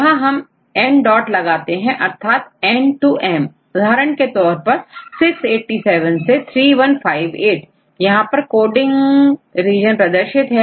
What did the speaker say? यहां हमn डॉट लगाते हैं अर्थात n to m उदाहरण के तौर पर687 से3158 यहां पर कोडिंग रीजन प्रदर्शित है